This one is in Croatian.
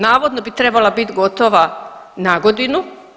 Navodno bi trebala biti gotova na godinu.